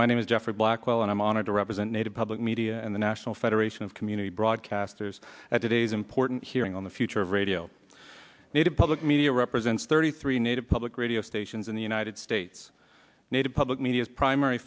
my name is jeffrey blackwell and i'm honored to represent native public media and the national federation of community broadcasters at today's important hearing on the future of radio native public media represents thirty three native public radio stations in the united states native public media's primary